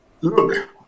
Look